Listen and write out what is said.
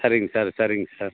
சரிங்க சார் சரிங்க சார்